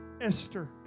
Esther